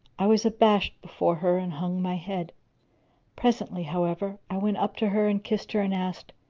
i was abashed before her and hung my head presently, however, i went up to her and kissed her and asked,